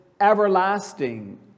everlasting